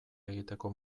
egiteko